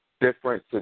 different